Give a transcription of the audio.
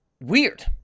weird